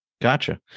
gotcha